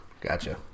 Gotcha